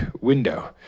window